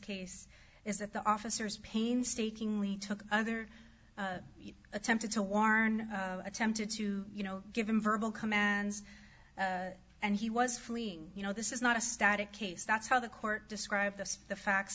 case is that the officers painstakingly took other attempted to warn attempted to you know given verbal commands and he was fleeing you know this is not a static case that's how the court described this the facts